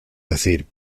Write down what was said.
decir